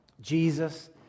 Jesus